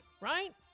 right